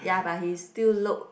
ya but he still look